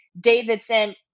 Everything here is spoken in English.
Davidson